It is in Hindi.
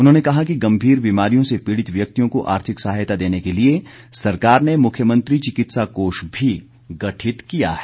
उन्होंने कहा कि गम्भीर बीमारियों से पीड़ित व्यक्तियों को आर्थिक सहायता देने के लिए सरकार ने मुख्यमंत्री चिकित्सा कोष भी गठित किया है